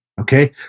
okay